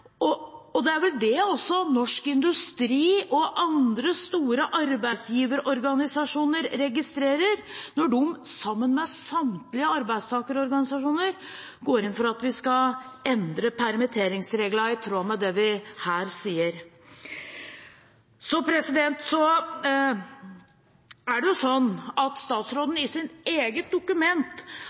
Det er vel dette også Norsk Industri og andre store arbeidsgiverorganisasjoner registrerer, når de sammen med samtlige arbeidstakerorganisasjoner går inn for at vi skal endre permitteringsreglene, i tråd med det vi her sier. Statsråden har sagt i sitt eget dokument at